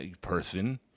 person